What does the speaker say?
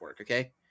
okay